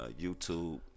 youtube